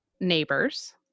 Neighbors